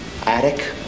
attic